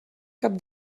cap